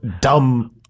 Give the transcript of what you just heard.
dumb